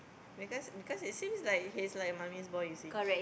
because because he seems like he's like mummy's boy you see